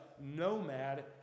nomad